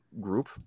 group